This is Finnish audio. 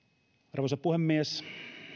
arvoisa puhemies